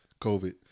COVID